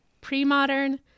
pre-modern